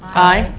aye.